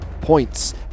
points